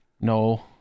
No